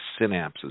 synapses